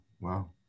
wow